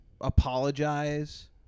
apologize